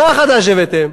מה חדש הבאתם?